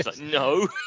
no